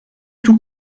tout